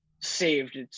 saved